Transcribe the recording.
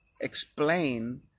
explain